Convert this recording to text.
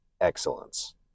excellence